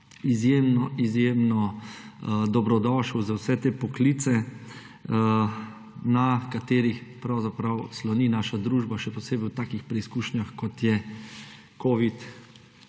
izjemno dobrodošel za vse te poklice, na katerih pravzaprav sloni naša družba, še posebej v takih preizkušnjah, kot je covid